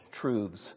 truths